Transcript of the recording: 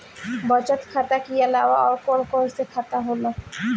बचत खाता कि अलावा और कौन कौन सा खाता होला?